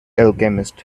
alchemist